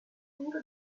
tour